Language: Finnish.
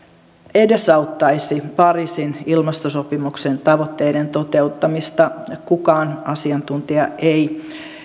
edesauttaisi pariisin ilmastosopimuksen tavoitteiden toteuttamista kukaan asiantuntija ei